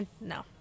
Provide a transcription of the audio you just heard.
no